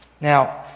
Now